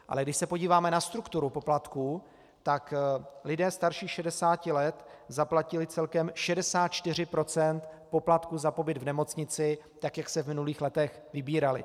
Ale když se podíváme na strukturu poplatků, tak lidé starší 60 let zaplatili celkem 64 % poplatků za pobyt v nemocnici, tak jak se v minulých letech vybíraly.